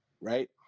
right